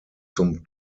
zum